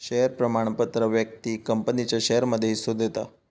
share प्रमाणपत्र व्यक्तिक कंपनीच्या शेयरमध्ये हिस्सो देता